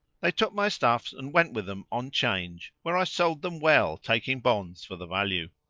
they took my stuffs and went with them on change where i sold them well taking bonds for the value.